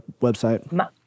website